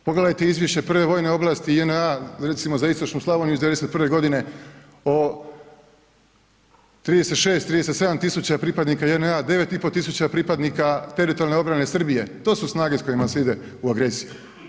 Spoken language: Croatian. Pogledajte izvješće Prve vojne oblasti JNA recimo za Istočnu Slavoniju iz '91. godine o 36, 37.000 pripadnika JNA, 9.500 pripadnika teritorijalne obrane Srbije, to su snage s kojima se ide u agresiju.